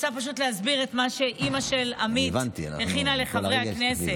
אני רוצה פשוט להסביר את מה שאימא של עמית הכינה לחברי הכנסת.